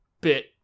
bit